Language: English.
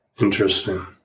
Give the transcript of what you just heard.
interesting